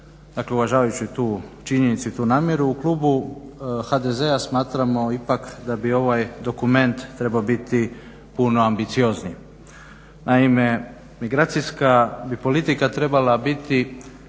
uvažavajući tu činjenicu i tu namjeru u klubu HDZ-a smatramo ipak da bi ovaj dokument trebao biti puno ambiciozniji. Naime, migracijska bi politika trebala biti